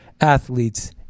athletes